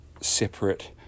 separate